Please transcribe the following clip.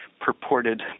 purported